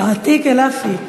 יעתיק אלעאפיה.